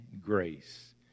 grace